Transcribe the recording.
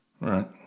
right